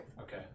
Okay